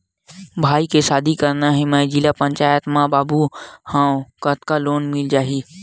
भाई के शादी करना हे मैं जिला पंचायत मा बाबू हाव कतका लोन मिल जाही?